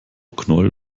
knoll